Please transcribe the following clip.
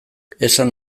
esan